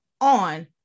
on